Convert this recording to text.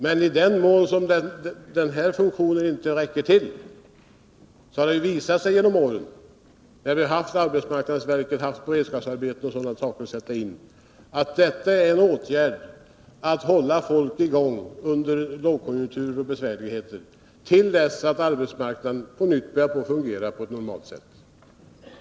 Men i den mån som denna funktion inte räcker till har det genom åren visat sig att AMS beredskapsarbeten kan hålla folk i gång under lågkonjunkturer och besvärligheter till dess att arbetsmarknaden på nytt börjar fungera på ett normalt sätt.